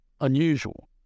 unusual